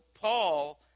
Paul